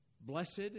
blessed